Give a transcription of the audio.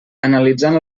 analitzant